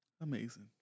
amazing